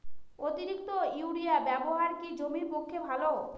অতিরিক্ত ইউরিয়া ব্যবহার কি জমির পক্ষে ভালো?